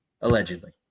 allegedly